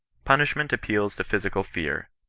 punishment appeals to physical fear,